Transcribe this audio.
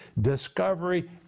discovery